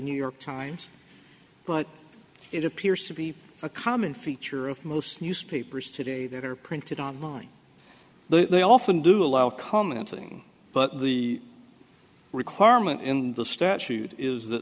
new york times but it appears to be a common feature of most newspapers today that are printed online though they often do allow commenting but the requirement in the statute is that